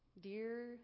Dear